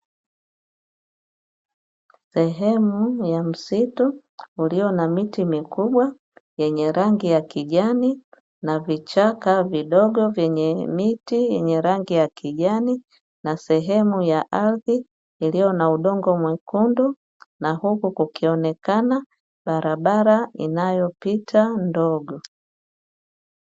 Sehemu ya msitu ulio na miti mikubwa yenye rangi ya kijani na vichaka vidogo vyenye miti yenye rangi ya kijani, na sehemu ya ardhi iliyo na udongo mwekundu, na huku kukionekana barabara inayopita ndogo.